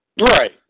Right